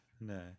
no